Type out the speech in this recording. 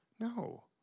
No